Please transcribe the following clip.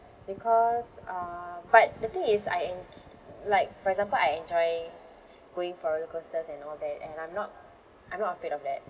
because uh but the thing is I enj~ like for example I enjoy going for roller coasters and all that and I'm not I'm not afraid of that